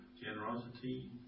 generosity